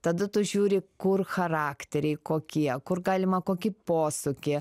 tada tu žiūri kur charakteriai kokie kur galima kokį posūkį